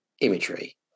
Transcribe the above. imagery